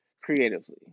creatively